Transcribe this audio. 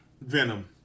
Venom